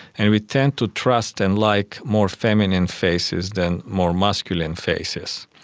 and we tend to trust and like more feminine faces than more masculine faces.